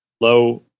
low